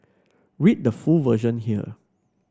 read the full version here